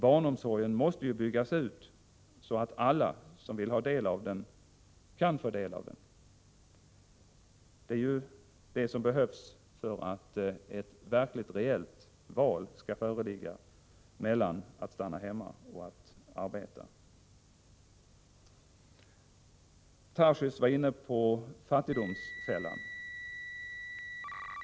Barnomsorgen måste byggas ut så att alla som vill ha del av den kan få det. Det krävs för att ett verkligt val skall föreligga mellan att stanna hemma och att arbeta. Tarschys var inne på fattigdomsfällan.